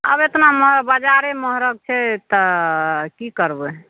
आब एतना मह बजारे महग छै तऽ कि करबै